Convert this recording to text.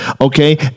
Okay